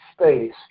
space